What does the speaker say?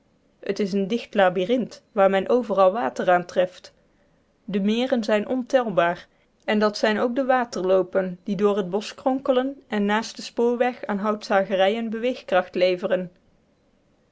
het is een dicht labyrinth waar men overal water aantreft de meren zijn ontelbaar en dat zijn ook de waterloopen die door het bosch kronkelen en naast den spoorweg aan houtzagerijen beweegkracht leveren